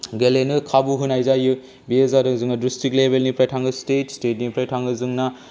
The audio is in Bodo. गेलेनो खाबु होनाय जायो बेयो जादों जोङो डिस्ट्रिक्ट लेबेलनिफ्राय थाङो स्टेट स्टेटनिफ्राय थाङो जोंना